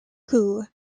coup